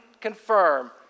confirm